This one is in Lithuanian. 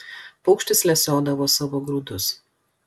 paukštis lesiodavo savo grūdus